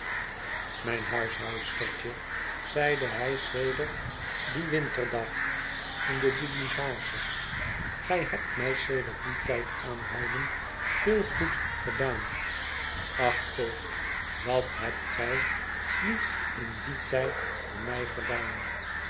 mijn huishoudstertje zeide hij sedert dien winterdag in de diligence gij hebt mij sedert dien tijd aanhoudend veel goed gedaan ach voogd wat hebt gij niet in dien tijd voor mij gedaan